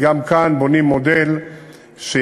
וגם כאן בונים מודל שיאפשר.